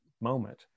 moment